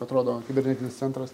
atrodo kibernetinis centras